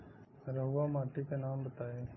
रहुआ माटी के नाम बताई?